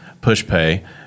PushPay